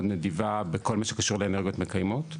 נדיבה בכל מה שקשור לאנרגיות מקיימות.